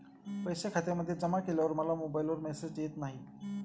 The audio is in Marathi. पैसे खात्यामध्ये जमा केल्यावर मला मोबाइलवर मेसेज येत नाही?